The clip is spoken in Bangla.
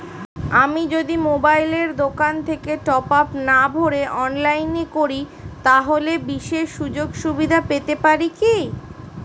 আমি যদি মোবাইলের দোকান থেকে টপআপ না ভরে অনলাইনে করি তাহলে বিশেষ সুযোগসুবিধা পেতে পারি কি?